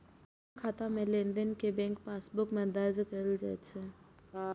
जमा खाता मे लेनदेन कें बैंक पासबुक मे दर्ज कैल जाइ छै